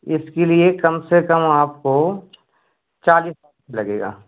इसके लिए कम से कम आपको चालीस हज़ार लगेगा